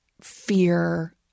fear